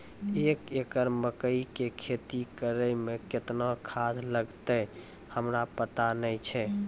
एक एकरऽ मकई के खेती करै मे केतना खाद लागतै हमरा पता नैय छै?